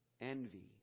envy